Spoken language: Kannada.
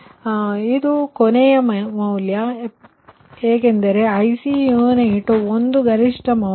4 ಇದು ಕೊನೆಯದಾಗಿದೆ ಏಕೆಂದರೆ IC ಯುನಿಟ್ ಒಂದಕ್ಕೆ ಗರಿಷ್ಠ ಮೌಲ್ಯ